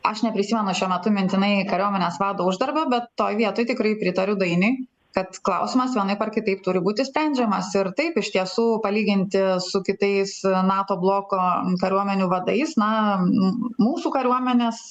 aš neprisimenu šiuo metu mintinai kariuomenės vado uždarbio bet toj vietoj tikrai pritariu dainiui kad klausimas vienaip ar kitaip turi būti sprendžiamas ir taip iš tiesų palyginti su kitais nato bloko kariuomenių vadais na m mūsų kariuomenės